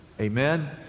Amen